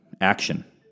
Action